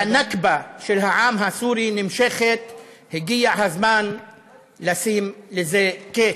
והנכבה של העם הסורי, הגיע הזמן לשים לה קץ.